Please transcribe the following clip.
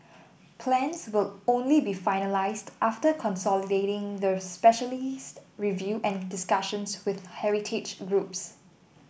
plans will only be finalised after consolidating the specialist review and discussions with heritage groups